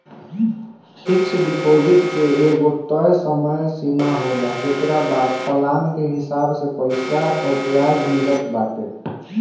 fix deposit के एगो तय समय सीमा होला जेकरी बाद प्लान के हिसाब से पईसा पअ बियाज मिलत बाटे